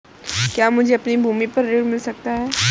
क्या मुझे अपनी भूमि पर ऋण मिल सकता है?